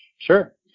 Sure